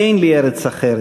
אין לי ארץ אחרת.